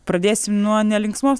pradėsim nuo nelinksmos